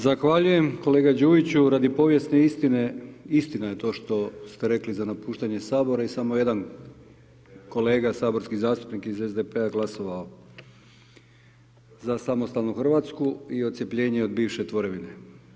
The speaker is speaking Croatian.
Zahvaljujem kolega Đujiću, radi povjesne istine, istina je to što ste rekli za napuštanje Sabora i samo jedan kolega saborski zastupnik iz SDP-a glasovao za samostalnu RH i odcjepljenje od bivše tvorevine.